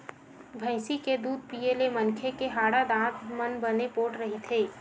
भइसी के दूद पीए ले मनखे के हाड़ा, दांत मन बने पोठ रहिथे